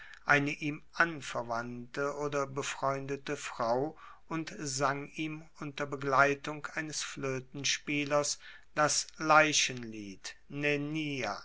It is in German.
eine ihm anverwandte oder befreundete frau und sang ihm unter begleitung eines floetenspielers das leichenlied